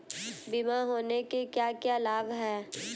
बीमा होने के क्या क्या लाभ हैं?